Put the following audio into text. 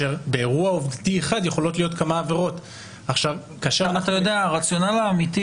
אבל באירוע עובדתי אחד יכולות להיות כמה עבירות --- הרציונל האמיתי